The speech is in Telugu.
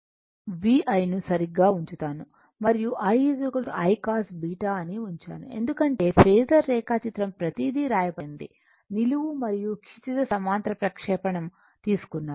VI ను సరిగ్గా ఉంచుతాను మరియు I I cos β అని ఉంచాను ఎందుకంటే ఫేసర్ రేఖాచిత్రం ప్రతీదీ వ్రాయబడింది నిలువు మరియు క్షితిజ సమాంతర ప్రక్షేపణం తీసుకున్నారు